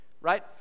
right